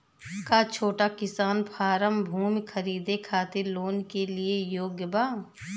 का छोटा किसान फारम भूमि खरीदे खातिर लोन के लिए योग्य बा?